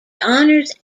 honors